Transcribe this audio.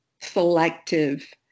selective